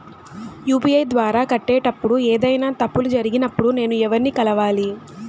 UPI ద్వారా కట్టేటప్పుడు ఏదైనా తప్పులు జరిగినప్పుడు నేను ఎవర్ని కలవాలి?